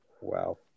Wow